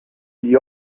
gli